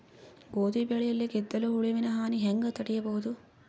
ಗೋಧಿ ಬೆಳೆಯಲ್ಲಿ ಗೆದ್ದಲು ಹುಳುವಿನ ಹಾನಿ ಹೆಂಗ ತಡೆಬಹುದು?